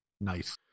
nice